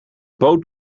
boot